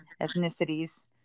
ethnicities